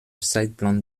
zeitplan